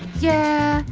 yeah,